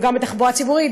גם בתחבורה הציבורית,